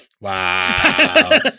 Wow